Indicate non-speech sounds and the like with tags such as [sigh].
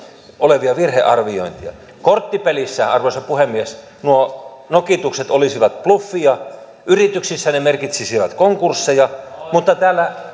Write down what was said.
olevia virhearviointeja korttipelissä arvoisa puhemies nuo nokitukset olisivat bluffia yrityksissä ne merkitsisivät konkursseja mutta täällä [unintelligible]